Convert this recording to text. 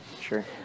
sure